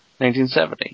1970